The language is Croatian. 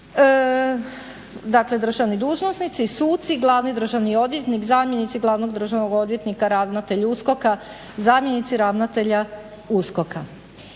danas državni dužnosnici, suci, Glavni državni odvjetnik, zamjenici Glavnog državnog odvjetnika, ravnatelj USKOK-a, zamjenici ravnatelja USKOK-a.